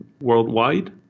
worldwide